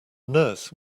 nurse